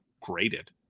graded